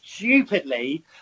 Stupidly